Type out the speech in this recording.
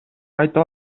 айтып